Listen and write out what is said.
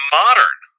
modern